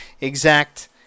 exact